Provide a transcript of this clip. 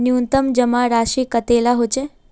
न्यूनतम जमा राशि कतेला होचे?